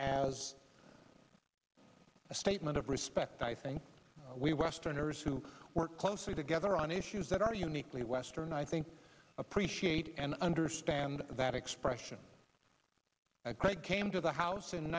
as a statement of respect i think we westerners who work closely together on issues that are uniquely western i think appreciate and understand that expression a great came to the house in